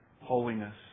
Holiness